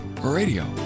Radio